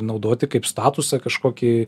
naudoti kaip statusą kažkokį